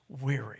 weary